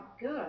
good